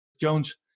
Jones